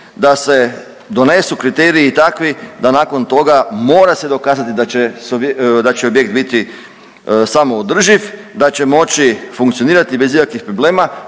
da se donesu kriteriji takvi da nakon toga mora se dokazati da će, da će objekt biti samoodrživ, da će moći funkcionirati bez ikakvih problema,